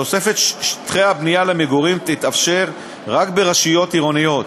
תוספת שטחי הבנייה למגורים תתאפשר רק ברשויות עירוניות.